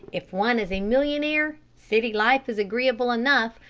if one is a millionaire, city life is agreeable enough,